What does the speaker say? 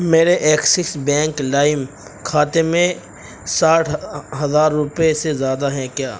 میرے Axis bank لائم کھاتے میں ساٹھ ہزار روپے سے زیادہ ہیں کیا